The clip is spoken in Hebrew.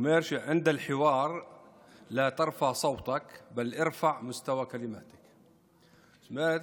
הוא אומר: (אומר בערבית ומתרגם:) זאת אומרת,